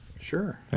Sure